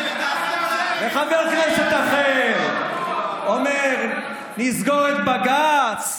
וחבר כנסת אחר אומר: נסגור את בג"ץ,